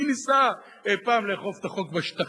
מי ניסה פעם לאכוף את החוק בשטחים?